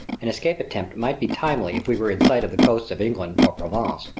an escape attempt might be timely if we were in sight of the coasts of england or provence,